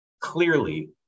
clearly